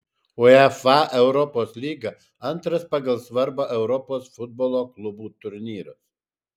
uefa europos lyga antras pagal svarbą europos futbolo klubų turnyras